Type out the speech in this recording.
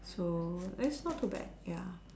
so that's not too bad ya